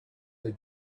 the